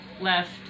left